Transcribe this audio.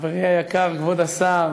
חברי היקר כבוד השר,